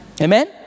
Amen